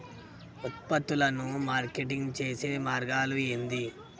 ఉత్పత్తులను మార్కెటింగ్ చేసే మార్గాలు ఏంది?